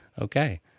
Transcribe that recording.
Okay